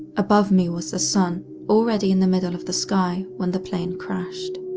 above me was the sun already in the middle of the sky when the plane crashed.